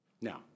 Now